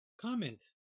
comment